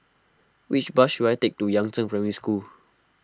which bus should I take to Yangzheng Primary School